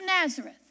Nazareth